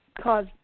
cause